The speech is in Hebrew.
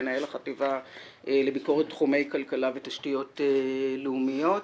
מנהל החטיבה לביקורת תחומי כלכלה ותשתיות לאומיות.